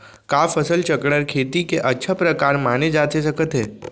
का फसल चक्रण, खेती के अच्छा प्रकार माने जाथे सकत हे?